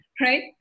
right